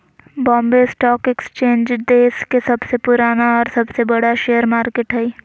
Bombay stock exchange देश के सबसे पुराना और सबसे बड़ा शेयर मार्केट हइ